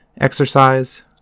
exercise